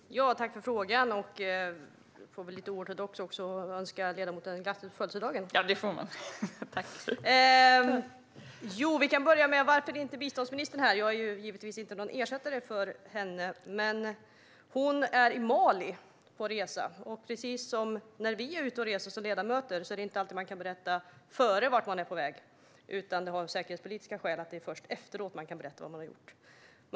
Herr talman! Tack för frågan! Jag får väl lite oortodoxt också säga grattis på födelsedagen till ledamoten. Vi kan börja med varför biståndsministern inte är här. Jag är givetvis inte någon ersättare för henne. Men hon är på resa i Mali, och precis som när vi ledamöter är ute och reser kan man inte alltid berätta innan vart man är på väg. Det är av säkerhetsskäl som det är först efteråt som man kan berätta var man har varit.